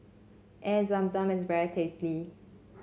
Air Zam Zam is very tasty